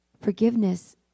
forgiveness